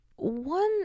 One